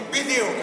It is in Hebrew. בדיוק.